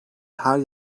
her